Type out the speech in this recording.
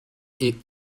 est